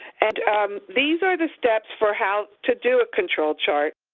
and these are the steps for how to do a control chart.